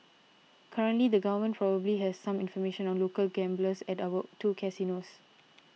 currently the government probably has some information on local gamblers at our two casinos